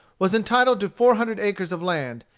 was entitled to four hundred acres of land,